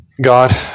God